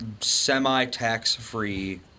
semi-tax-free